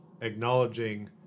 acknowledging